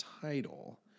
title